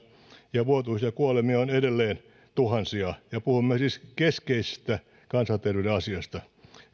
ja vuotuisia kuolemia on edelleen tuhansia puhumme siis keskeisestä kansanterveyden asiasta ja